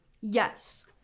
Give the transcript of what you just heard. Yes